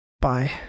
bye